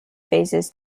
phases